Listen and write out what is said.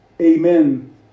amen